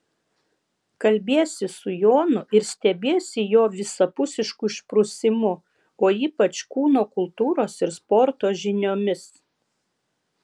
kalbiesi su jonu ir stebiesi jo visapusišku išprusimu o ypač kūno kultūros ir sporto žiniomis